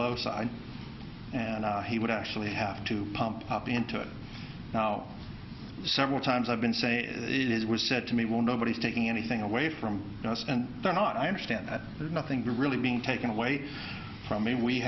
low side and he would actually have to pump up into it now several times i've been saying it was said to me well nobody's taking anything away from us and they're not i understand that there's nothing really being taken away from me we